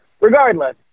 Regardless